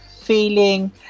feeling